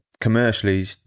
commercially